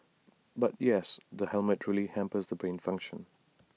but yes the helmet really hampers the brain function